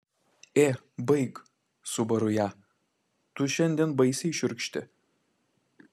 ė baik subaru ją tu šiandien baisiai šiurkšti